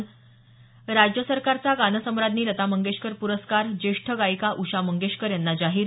स राज्य सरकारचा गानसम्राज्ञी लता मंगेशकर प्रस्कार जेष्ठ गायिका उषा मंगेशकर यांना जाहीर